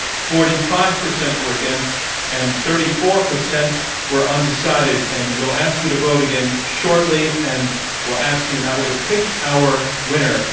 forty five percent were against and thirty four percent were undecided and we'll ask you to vote again shor tly and we'll ask you in that way to pick our winner